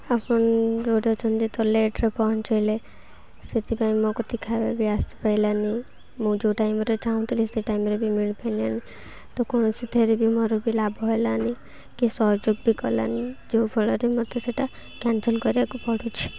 ଆପଣ ଯେଉଁଠି ଅଛନ୍ତି ତ ଲେଟ୍ରେ ପହଞ୍ଚାଇଲେ ସେଥିପାଇଁ ମୋ କତି ଖାଇବା ବି ଆସିପାଇଲାନି ମୁଁ ଯେଉଁ ଟାଇମ୍ରେ ଚାହୁଁଥିଲି ସେ ଟାଇମ୍ରେ ବି ମିଳିପାରିଲାନି ତ କୌଣସିଥିରେ ବି ମୋର ବି ଲାଭ ହେଲାନି କି ସହଯୋଗ ବି କଲାନି ଯେଉଁ ଫଳରେ ମୋତେ ସେଇଟା କ୍ୟାନସଲ୍ କରିବାକୁ ପଡ଼ୁଛି